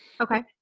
okay